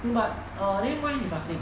no but err then why he fasting